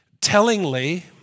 Tellingly